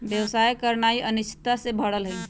व्यवसाय करनाइ अनिश्चितता से भरल हइ